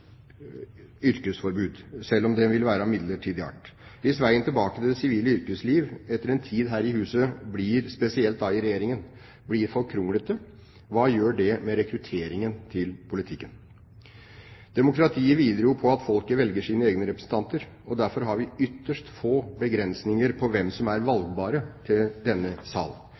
yrkesforbud, selv om det vil være av midlertidig art. Hvis veien tilbake til det sivile yrkesliv etter en tid her i huset, spesielt i Regjeringen, blir for kronglete – hva gjør det med rekrutteringen til politikken? Demokratiet hviler på at folket velger sine egne representanter, og derfor har vi ytterst få begrensninger på hvem som er valgbare til denne sal.